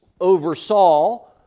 oversaw